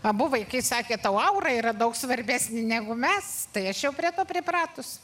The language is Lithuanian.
abu vaikai sakė tavo aura yra daug svarbesnė negu mes tiesiog prie to pripratus